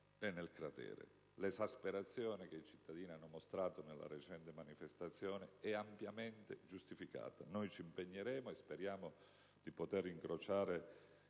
e nel cratere. L'esasperazione che i cittadini hanno mostrato nella recente manifestazione è ampiamente giustificata. Noi ci impegneremo, e speriamo di poter incrociare